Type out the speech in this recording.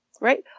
right